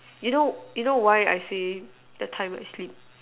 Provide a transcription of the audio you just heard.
you know you know why I see the time I sleep